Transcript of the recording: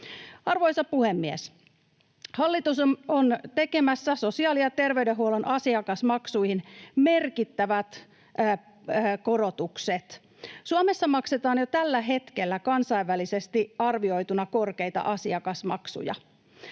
Arvoisa puhemies! Hallitus on tekemässä sosiaali- ja terveydenhuollon asiakasmaksuihin merkittävät korotukset. Suomessa maksetaan jo tällä hetkellä kansainvälisesti arvioituna korkeita asiakasmaksuja.